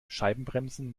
scheibenbremsen